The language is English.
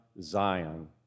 Zion